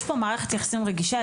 יש פה מערכת יחסים רגישה,